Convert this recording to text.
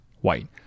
white